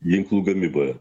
ginklų gamyboje